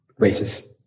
racist